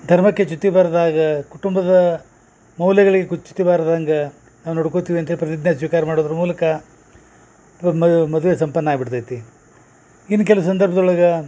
ಧರ್ಮಕ್ಕೆ ಚ್ಯುತಿ ಬರ್ದಾಗ ಕುಟಂಬದ ಮೌಲ್ಯಗಳಿಗೆ ಕು ಚ್ಯುತಿ ಬರ್ದಂಗ ನಾವು ನೋಡ್ಕೊತೀವಂತೆ ಪ್ರತಿಜ್ಞೆ ಸ್ವೀಕಾರ ಮಾಡೋದ್ರ ಮೂಲಕ ಮದ್ವೆ ಸಂಪನ್ನ ಆಗ್ಬಿಡ್ತೈತಿ ಇನ್ನ ಕೆಲ ಸಂದರ್ಭ್ದೊಳಗ